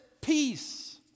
peace